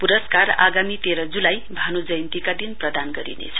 पुरस्कार आगामी तेह्र जुलाई भानु जयन्तीका दिन प्रदान गरिनेछ